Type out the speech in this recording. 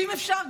ואם אפשר,